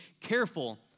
careful